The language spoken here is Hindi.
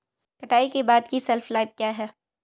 कटाई के बाद की शेल्फ लाइफ क्या है?